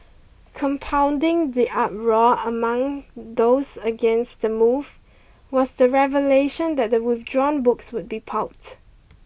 compounding the uproar among those against the move was the revelation that the withdrawn books would be pulped